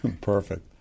Perfect